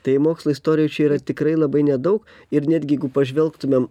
tai mokslo istorijoj čia yra tikrai labai nedaug ir netgi jeigu pažvelgtumėm